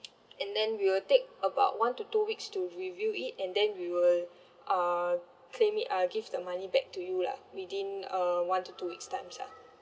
and then we'll take about one to two weeks to review it and then we will uh claim it uh give the money back to you lah within uh one to two weeks times lah